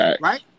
Right